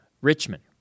Richmond